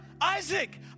Isaac